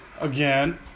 Again